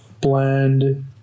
Blend